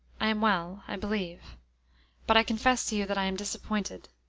i am well, i believe but i confess to you that i am disappointed.